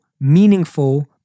meaningful